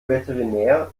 veterinär